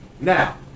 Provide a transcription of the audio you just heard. Now